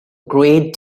great